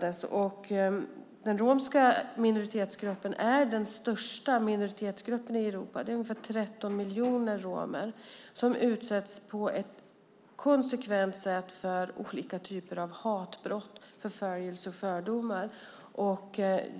Den romska minoritetsgruppen med ungefär 13 miljoner personer är den största i Europa och utsätts på ett konsekvent sätt för olika typer av hatbrott, förföljelser och fördomar.